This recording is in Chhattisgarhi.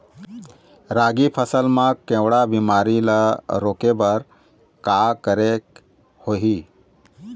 रागी फसल मा केवड़ा बीमारी ला रोके बर का उपाय करेक होही?